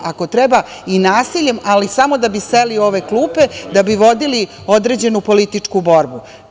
Ako treba i nasiljem, ali samo da bi seli u ove klupe, da bi vodili određenu političku borbu.